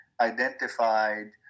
identified